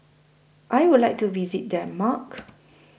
I Would like to visit Denmark